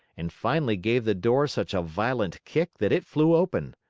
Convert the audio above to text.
and finally gave the door such a violent kick that it flew open.